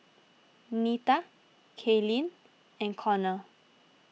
Nita Kaylynn and Konnor